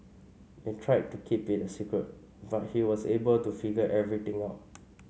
they tried to keep it a secret but he was able to figure everything out